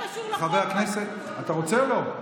חבר הכנסת, אתה רוצה או לא?